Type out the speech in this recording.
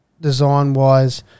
design-wise